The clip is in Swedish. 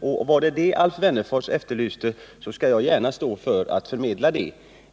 Om det är vad Alf Wennerfors efterlyste, så skall jag gärna stå för att förmedla det.